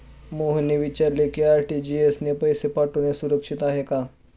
मोहनने विचारले की आर.टी.जी.एस ने पैसे पाठवणे सुरक्षित आहे का?